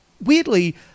weirdly